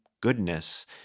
goodness